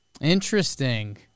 Interesting